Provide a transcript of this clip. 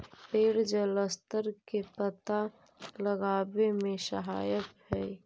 पेड़ जलस्तर के पता लगावे में सहायक हई